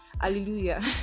hallelujah